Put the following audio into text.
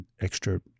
extra